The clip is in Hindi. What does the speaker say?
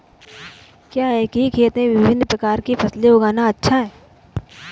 क्या एक ही खेत में विभिन्न प्रकार की फसलें उगाना अच्छा है?